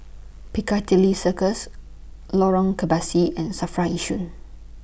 Piccadilly Circus Lorong Kebasi and SAFRA Yishun